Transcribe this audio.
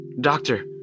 Doctor